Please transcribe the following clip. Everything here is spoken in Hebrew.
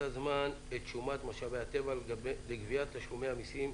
הזמן את שומת משאבי הטבע לגביית תשלומי המסים,